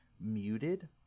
muted